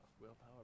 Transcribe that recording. willpower